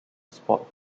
sport